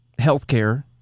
healthcare